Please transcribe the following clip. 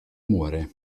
muore